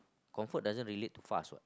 comfort doesn't relate to fast what